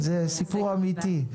סיפור אמיתי.